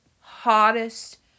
hottest